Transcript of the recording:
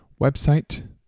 website